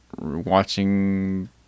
watching